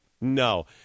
No